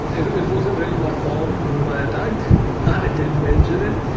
it wasn't really my father whom i attacked i didn't mention it